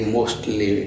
mostly